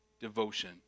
devotion